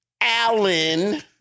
Allen